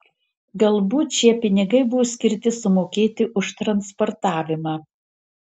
galbūt šie pinigai buvo skirti sumokėti už transportavimą